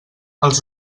els